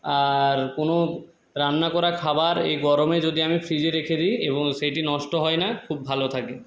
আর কোনো রান্না করা খাবার এই গরমে যদি আমি ফ্রিজে রেখে দিই এবং সেটি নষ্ট হয় না খুব ভালো থাকে